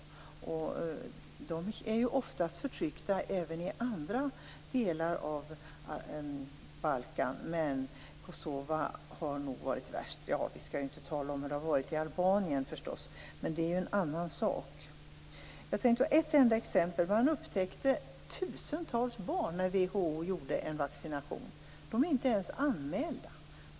Dessa människor är ofta förtryckta också i andra delar av Balkanområdet, men i Kosova har det nog varit värst - för att inte tala om hur det har varit i Albanien, men det är en annan fråga. Jag tänkte ta upp ett exempel. När WHO genomförde en vaccination upptäckte man tusentals barn som inte var registrerade.